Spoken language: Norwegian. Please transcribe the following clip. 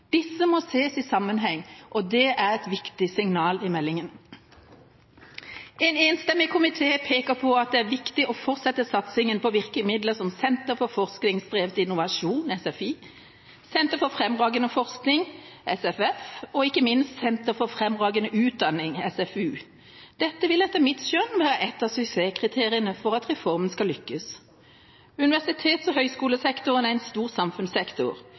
Disse må sees i sammenheng. Det er et viktig signal i meldingen. En enstemmig komité peker på at det er viktig å fortsette satsingen på virkemidler som Sentre for forskningsdrevet innovasjon, SFI, Sentre for fremragende forskning, SFF, og ikke minst Sentre for fremragende utdanning, SFU. Dette vil etter mitt skjønn være et av suksesskriteriene for at reformen skal lykkes. Universitets- og høyskolesektoren er en stor samfunnssektor.